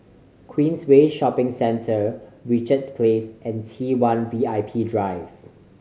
Queensway Shopping Centre Richards Place and T One V I P Drive